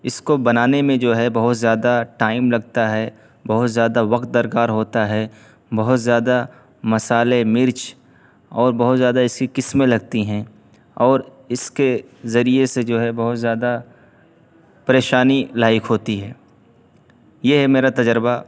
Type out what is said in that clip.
اس کو بنانے میں جو ہے بہت زیادہ ٹائم لگتا ہے بہت زیادہ وقت درکار ہوتا ہے بہت زیادہ مسالے مرچ اور بہت زیادہ ایسی قسمیں لگتی ہیں اور اس کے ذریعے سے جو ہے بہت زیادہ پریشانی لاحق ہوتی ہے یہ ہے میرا تجربہ